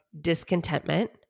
discontentment